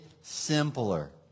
simpler